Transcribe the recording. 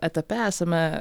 etape esame